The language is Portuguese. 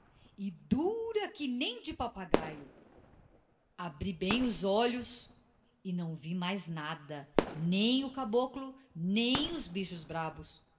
e dura que nem de papagaio abri bem os olhos e não vi mais nada nem o caboclo nem os bichos brabos